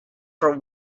for